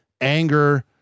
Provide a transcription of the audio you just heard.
anger